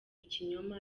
ikinyoma